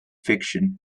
fiction